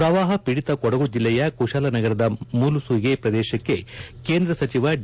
ಪ್ರವಾಹ ಪೀಡಿತ ಕೊಡಗು ಜಿಲ್ಲೆಯ ಕುಶಾಲನಗರದ ಮೂಲುಸೂಗೆ ಪ್ರದೇಶಕ್ಕೆ ಕೇಂದ್ರ ಸಚಿವ ಡಿ